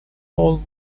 all